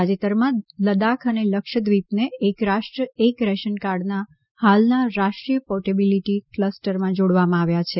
તાજેતરમાં લદ્દાખ અને લક્ષદ્વીપને એક રાષ્ટ્ર એક રેશનકાર્ડના હાલના રાષ્ટ્રીય પોર્ટેબીલીટી ક્લસ્ટરમાં જોડવામાં આવ્યા છે